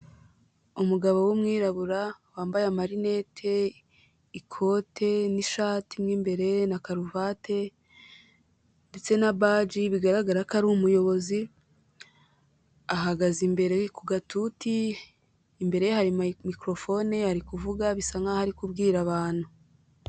Umugabo w'umwirabura wambaye amarinete, ikote, n'ishati mo imbere na karuvati ndetse na baji, bigaragara ko ari umuyobozi, ahagaze imbere ku gatuti imbere ye hari mikorofone ari kuvuga, bisa nk'aho ari kubwira abantu.